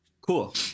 Cool